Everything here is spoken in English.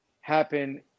happen